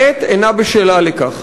העת אינה בשלה לכך".